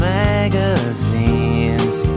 magazines